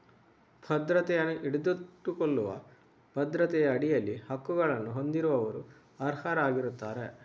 ಭದ್ರತೆಯನ್ನು ಹಿಡಿದಿಟ್ಟುಕೊಳ್ಳುವ ಭದ್ರತೆಯ ಅಡಿಯಲ್ಲಿ ಹಕ್ಕುಗಳನ್ನು ಹೊಂದಿರುವವರು ಅರ್ಹರಾಗಿರುತ್ತಾರೆ